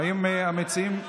האם המציעים,